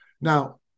Now